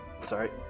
Sorry